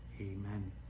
amen